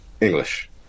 English